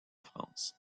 france